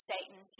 Satan